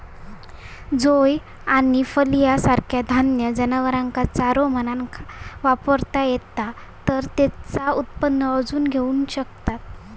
जौ आणि फलिया सारखा धान्य जनावरांका चारो म्हणान वापरता येता तर तेचा उत्पन्न अजून घेऊ शकतास